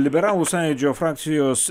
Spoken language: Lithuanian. liberalų sąjūdžio frakcijos